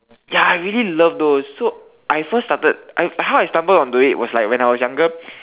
ya I really love those so I first started I how I stumble onto it was like when I was younger